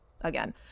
again